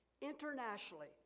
internationally